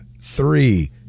three